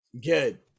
good